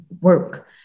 work